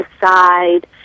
decide